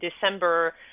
December